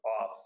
off